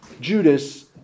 Judas